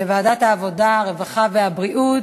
לוועדת העבודה, הרווחה והבריאות.